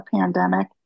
pandemic